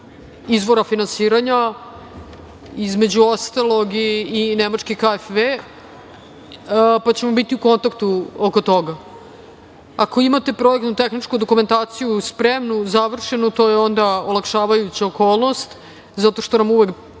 izvora finansira, između ostalog i nemački „KfW“, pa ćemo biti u kontaktu oko toga. Ako imate projekat, tehničku dokumentaciju spremnu, završenu, to je onda olakšavajuća okolnost zato što su nam uvek